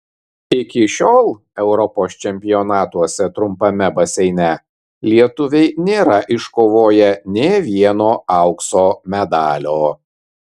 iki šiol europos čempionatuose trumpame baseine lietuviai nėra iškovoję nė vieno aukso medalio